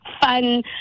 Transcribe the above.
fun